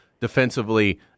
defensively